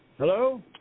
Hello